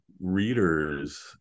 readers